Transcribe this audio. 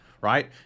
right